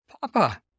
Papa